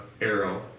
arrow